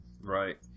Right